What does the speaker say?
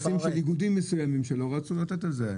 איגודים מסוימים שלא רצו לתת את זה,